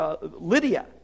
Lydia